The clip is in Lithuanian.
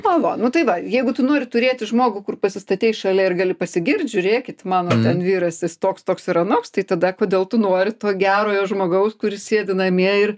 va va nu tai va jeigu tu nori turėti žmogų kur pasistatei šalia ir gali pasigirt žiūrėkit mano ten vyras jis toks toks ir anoks tai tada kodėl tu nori to gerojo žmogaus kuris sėdi namie ir